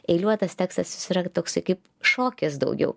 eiliuotas tekstas jis yra irgi toksai kaip šokis daugiau